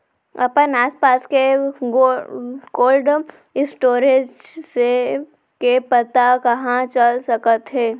अपन आसपास के कोल्ड स्टोरेज के पता कहाँ चल सकत हे?